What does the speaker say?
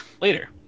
later